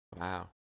Wow